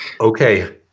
Okay